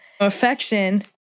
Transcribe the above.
affection